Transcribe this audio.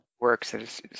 works